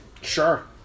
Sure